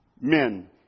Men